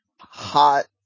hot